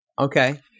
Okay